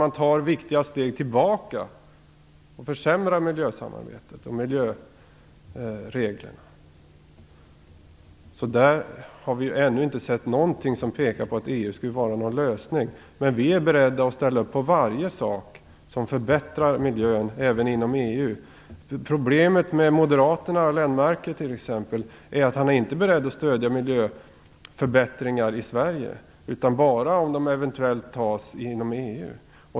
Man tar viktiga steg tillbaka och försämrar miljösamarbetet och miljöreglerna. Där har vi ännu inte sett någonting som pekar på att EU skulle vara någon lösning. Men vi är beredda att ställa upp på varje sak som förbättrar miljön, även inom EU. Problemet med moderaterna och Göran Lennmarker är att de inte är beredda att stödja miljöförbättringar i Sverige, utan bara om de eventuellt beslutas inom EU.